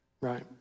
right